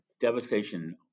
devastation